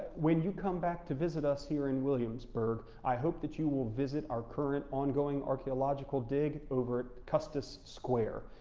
when you come back to visit us here in williamsburg, i hope that you will visit our current ongoing archeological dig over at custis square,